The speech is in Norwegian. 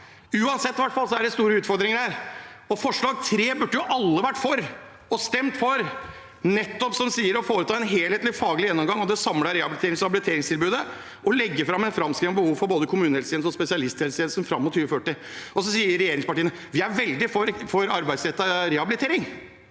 Uansett er det store utfordringer her. Forslag nr. 3 burde jo alle vært for og stemt for, og det sier nettopp: «… å foreta en helhetlig faglig gjennomgang av det samlede rehabiliterings- og habiliteringstilbudet og legge frem en framskriving av behovet for både kommunehelsetjenesten og spesialisthelsetjenesten frem mot 2040.» Så sier regjeringspartiene: Vi er veldig for arbeidsrettet rehabilitering.